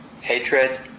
hatred